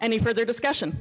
any further discussion